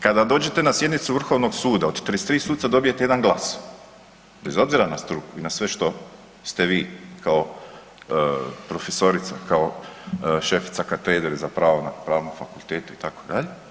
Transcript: Kada dođete na sjednicu Vrhovnog suda, od 33 suca dobijete jedan glas bez obzira na struku i na sve što ste vi kao profesorica, kao šefica Katedre za pravo na Pravnom fakultetu itd.